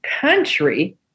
country